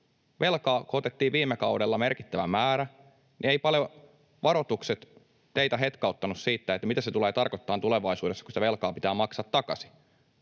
Velkaa kun otettiin viime kaudella merkittävä määrä, niin eivät paljon teitä hetkauttaneet varoitukset siitä, mitä se tulee tarkoittamaan tulevaisuudessa, kun sitä velkaa pitää maksaa takaisin.